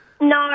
No